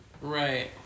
Right